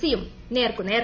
സിയും നേർക്കുനേർ